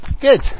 Good